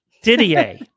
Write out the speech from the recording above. Didier